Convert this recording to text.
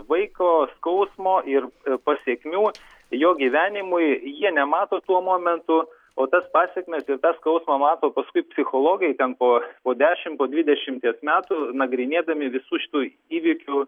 vaiko skausmo ir pasekmių jo gyvenimui jie nemato tuo momentu o tas pasekmes ir tą skausmą mato paskui psichologai ten po po dešimt po dvidešimties metų nagrinėdami visų šitų įvykių